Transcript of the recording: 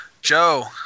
Joe